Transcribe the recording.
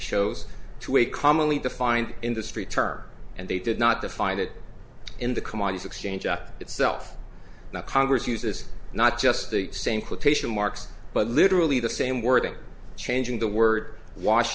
shows to a commonly defined industry term and they did not define it in the commodities exchange act itself the congress uses not just the same quotation marks but literally the same wording changing the word wa